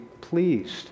pleased